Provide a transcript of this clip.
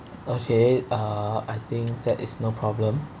okay uh I think that is no problem